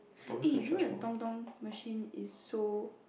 eh you know the machine is so